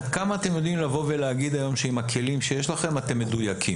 עד כמה אתם יודעים לבוא ולהגיד היום שעם הכלים שיש לכם אתם מדויקים.